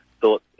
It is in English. thought